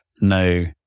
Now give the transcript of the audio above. no